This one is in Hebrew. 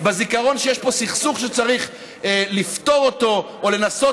בזיכרון שיש פה סכסוך שצריך לפתור או לנסות